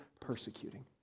persecuting